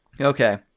okay